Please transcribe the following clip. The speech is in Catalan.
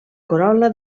corol·la